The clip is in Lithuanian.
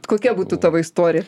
kokia būtų tavo istorija